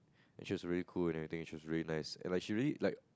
and she's really cool and everything she's really nice and like she really like